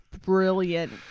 brilliant